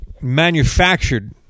manufactured